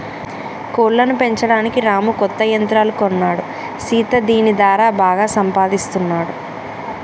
కోళ్లను పెంచడానికి రాము కొత్త యంత్రాలు కొన్నాడు సీత దీని దారా బాగా సంపాదిస్తున్నాడు